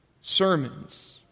Sermons